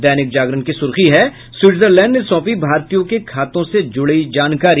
दैनिक जागरण की सुर्खी है स्विट्जरलैंड ने सौंपी भारतीयों के खातों से जुड़े जानकारी